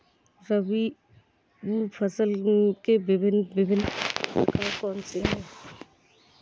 खरीब फसल के भिन भिन प्रकार कौन से हैं?